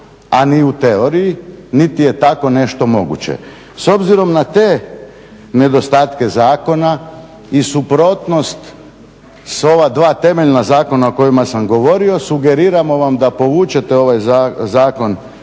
a ni u teoriji niti je tako nešto moguće. S obzirom na te nedostatke zakona i suprotnost sa ova dva temeljna zakona o kojima sam govorio sugeriramo vam da povučete ovaj zakon